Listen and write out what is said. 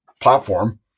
platform